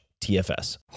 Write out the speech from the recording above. TFS